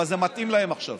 אבל זה מתאים להם עכשיו,